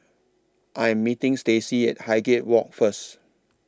I Am meeting Stacey At Highgate Walk First